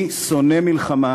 אני שונא מלחמה,